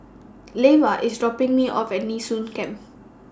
Leva IS dropping Me off At Nee Soon Camp